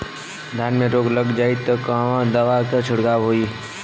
धान में रोग लग जाईत कवन दवा क छिड़काव होई?